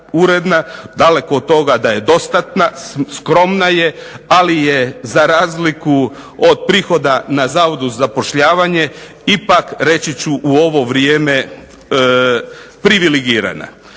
Daleko od toga da je dostatna, skromna je. Ali je za razliku od prihoda na Zavodu za zapošljavanje ipak reći ću u ovo vrijeme privilegirana.